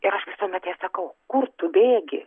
ir aš visuomet jai sakau kur tu bėgi